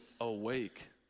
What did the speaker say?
awake